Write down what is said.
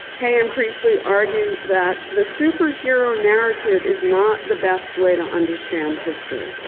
haigh and priestley argue that the superhero narrative is not the best way to understand history.